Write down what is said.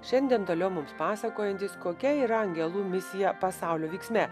šiandien toliau mums pasakojantys kokia yra angelų misija pasaulio vyksme